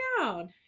down